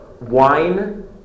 Wine